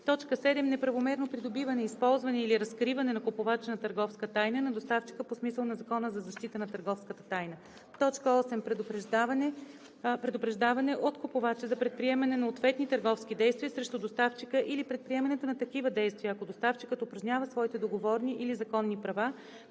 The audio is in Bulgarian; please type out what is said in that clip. доставка; 7. неправомерно придобиване, използване или разкриване от купувача на търговска тайна на доставчика по смисъла на Закона на защита на търговската тайна; 8. предупреждаване от купувача за предприемане на ответни търговски действия срещу доставчика или предприемането на такива действия, ако доставчикът упражнява своите договорни или законни права,